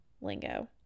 ...lingo